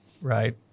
right